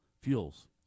fuels